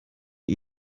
die